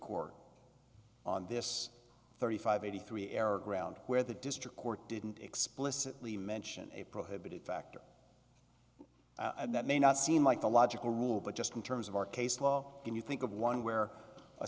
court on this thirty five eighty three era ground where the district court didn't explicitly mention a prohibited factor and that may not seem like a logical rule but just in terms of our case law can you think of one where